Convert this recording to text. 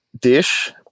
dish